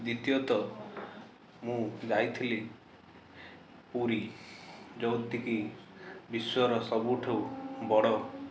ଦ୍ଵିତୀୟତଃ ମୁଁ ଯାଇଥିଲି ପୁରୀ ଯେଉଁଠି କି ବିଶ୍ଵର ସବୁଠୁ ବଡ଼